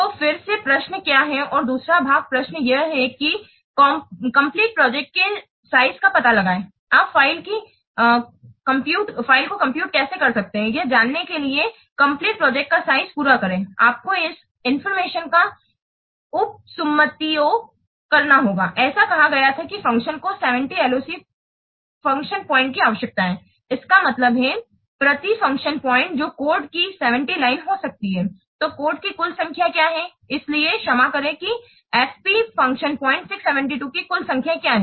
तो अब फिर से प्रश्न क्या है और दूसरा भाग प्रश्न यह है कि कम्पलीट प्रोजेक्ट के साइज का पता लगाएं आप फ़ाइल की कंप्यूट कैसे कर सकते हैं यह जानने के लिए कम्पलीट प्रोजेक्ट का साइज पूरा करें आपको इस जानकारी का उपसुम्मातिओं करना होगा ऐसा कहा गया था कि फ़ंक्शन को 70 LOC प्रति फ़ंक्शन पॉइंट की आवश्यकता है इसका मतलब है प्रति फ़ंक्शन पॉइंट जो कोड की 70 लाइनें हो सकती हैं तो कोड की कुल संख्या क्या है इसलिए क्षमा करें कि एफपी फ़ंक्शन पॉइंट 672 की कुल संख्या क्या है